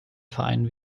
verein